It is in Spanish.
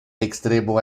extremo